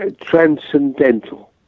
transcendental